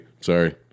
Sorry